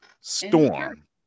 Storm